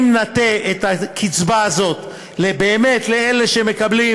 אם נטה את הקצבה הזאת באמת לאלה שמקבלים